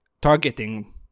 targeting